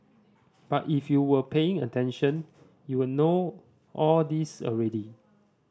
but if you were paying attention you'll know all this already